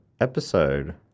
episode